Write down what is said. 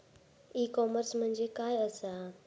E commerce म्हणजे काय असा?